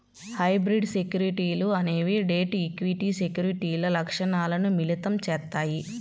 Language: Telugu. హైబ్రిడ్ సెక్యూరిటీలు అనేవి డెట్, ఈక్విటీ సెక్యూరిటీల లక్షణాలను మిళితం చేత్తాయి